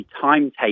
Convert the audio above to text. timetable